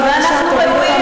ואנחנו ראויים,